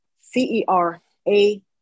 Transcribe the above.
C-E-R-A